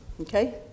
Okay